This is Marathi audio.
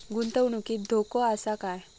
गुंतवणुकीत धोको आसा काय?